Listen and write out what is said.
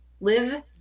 Live